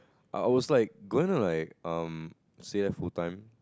I was like going to like um stay there full time